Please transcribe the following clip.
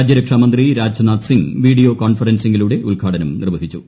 രാജ്യരക്ഷാ മന്ത്രി രാജ്നാഥ്സിംഗ് വീഡിയോ കോൺഫറൻസിംഗിലൂടെ ഉദ്ഘാടനം നിർവ്വഹിച്ചു